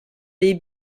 les